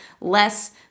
less